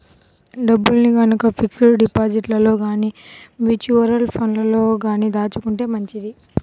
డబ్బుల్ని గనక ఫిక్స్డ్ డిపాజిట్లలో గానీ, మ్యూచువల్ ఫండ్లలో గానీ దాచుకుంటే మంచిది